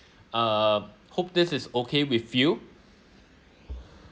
um hope this is okay with you